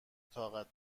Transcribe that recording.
طاقت